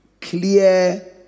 Clear